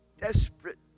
desperate